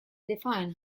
defined